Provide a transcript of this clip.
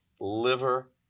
liver